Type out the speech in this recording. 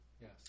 Yes